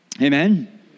Amen